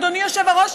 אדוני היושב-ראש,